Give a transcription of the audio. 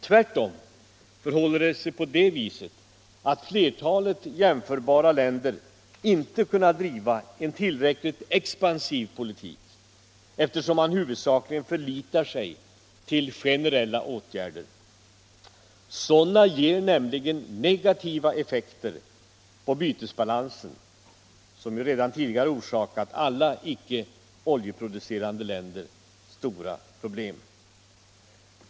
Tvärtom förhåller det sig på det viset att flertalet jämförbara länder inte kunnat driva en tillräckligt expansiv politik, eftersom man huvudsakligen förlitar sig till generella åtgärder. Sådana ger nämligen negativa effekter på bytesbalansen, som ju redan tidigare orsakat alla icke oljeproducerande länder stora problem.